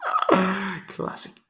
Classic